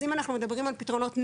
אז אם אנחנו מדברים על פתרונות נגר,